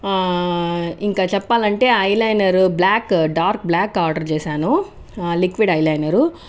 ఇంకా చెప్పాలంటే eyeliner black dark black order చేశాను లిక్విడ్ ఐ లైనరు